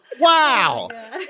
Wow